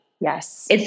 Yes